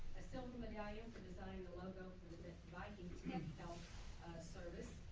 a silver medallion for designing the logo for the viking health service.